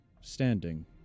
standing